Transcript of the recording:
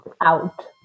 out